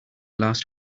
last